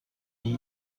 die